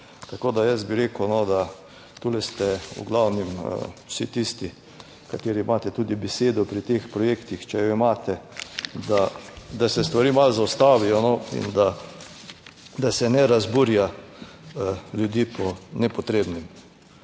Tako, da jaz bi rekel, da tule ste v glavnem vsi tisti, kateri imate tudi besedo pri teh projektih, če jo imate, da se stvari malo zaustavijo, no, in da se ne razburja ljudi po nepotrebnem.